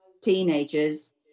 teenagers